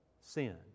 sin